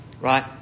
right